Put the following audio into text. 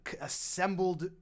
assembled